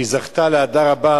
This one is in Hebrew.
שזכה לאהדה רבה.